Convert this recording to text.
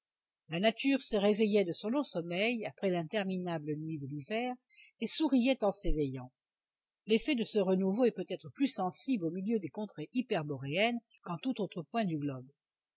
la nature se réveillait de son long sommeil après l'interminable nuit de l'hiver et souriait en s'éveillant l'effet de ce renouveau est peut-être plus sensible au milieu des contrées hyperboréennes qu'en tout autre point du globe